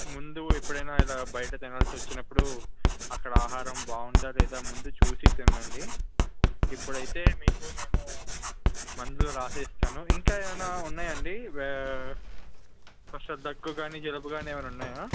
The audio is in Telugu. ముందు ఎప్పుడైనా ఇలా బయట తినాల్సి వచ్చినప్పుడు అక్కడ ఆహారం బాగుందా లేదా ముందు చూసి తినండి ఇప్పుడైతే మీకు నేను మందులు వ్రాసి ఇస్తాను ఇంకా ఏమైనా ఉన్నాయా అండి ఫస్ట్ దగ్గు కానీ జలుబు కానీ ఏమైనా ఉన్నాయా